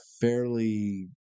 fairly